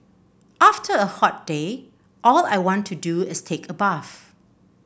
after a hot day all I want to do is take a bath